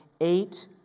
eight